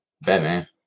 Batman